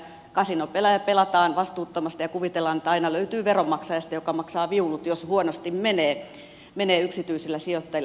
kasinopelejä pelataan vastuuttomasti ja kuvitellaan että aina löytyy sitten veronmaksaja joka maksaa viulut jos huonosti menee yksityisillä sijoittajilla